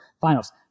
finals